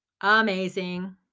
Amazing